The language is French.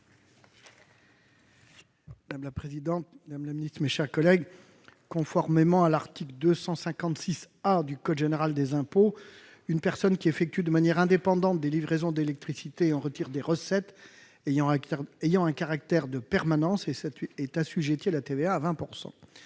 ainsi libellé : La parole est à M. Jean Bizet. Conformément à l'article 256 A du code général des impôts, une personne qui effectue de manière indépendante des livraisons d'électricité et en retire des recettes ayant un caractère de permanence est assujettie à la TVA à 20 %.